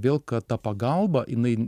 vėl kad ta pagalba jinai